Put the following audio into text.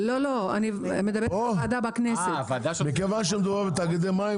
אימאן ח'טיב יאסין (רע"מ,